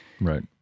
Right